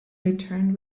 returned